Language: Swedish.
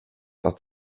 att